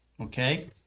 okay